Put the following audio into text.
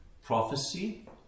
Prophecy